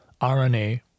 RNA